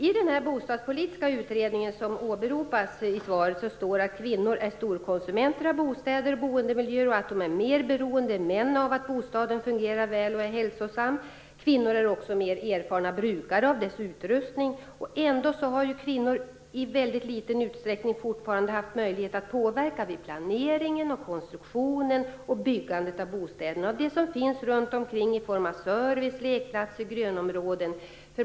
I den bostadspolitiska utredning som åberopas i svaret står det att kvinnor är storkonsumenter av bostäder och boendemiljöer och att de är mer beroende än män av att bostaden fungerar väl och är hälsosam. Kvinnor är också mer erfarna brukare av dess utrustning. Ändå har kvinnor i väldigt liten utsträckning haft möjlighet att påverka vid planeringen, konstruktionen och byggandet av bostäderna och det som finns runt omkring i form av service, lekplatser och grönområden.